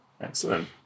Excellent